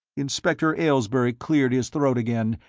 inspector aylesbury cleared his throat again,